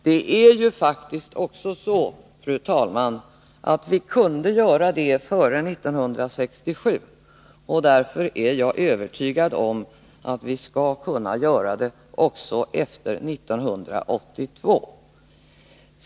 Det är faktiskt också så, fru talman, att vi kunde göra det före 1967, och därför är jag övertygad om att vi skall kunna göra det också efter 1982.